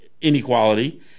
inequality